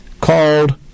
called